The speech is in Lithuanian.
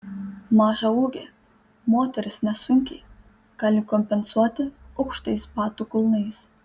mažą ūgį moterys nesunkiai gali kompensuoti aukštais batų kulnais